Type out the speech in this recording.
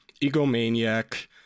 egomaniac